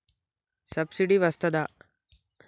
Subsidy వస్తదా?